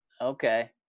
okay